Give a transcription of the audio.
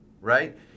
right